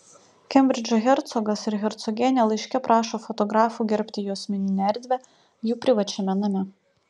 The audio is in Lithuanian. kembridžo hercogas ir hercogienė laiške prašo fotografų gerbti jų asmeninę erdvę jų privačiame name